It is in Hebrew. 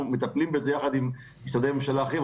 אנחנו מטפלים בזה יחד עם משרדי ממשלה אחרים.